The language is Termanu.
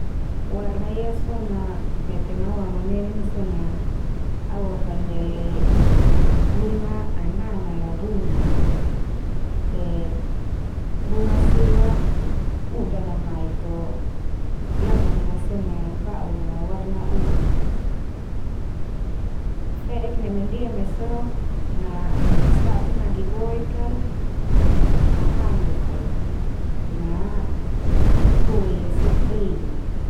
Warna ia so na mete ma awamanenen so na awafandele bunga anana la bunan ala. Te bunga sila udan na mai fo labuna so na baun na warna ungu. Fe'ek neme ndia mai so, na sabu nadiuoek al, ma handuk al ma a koi a sepre na.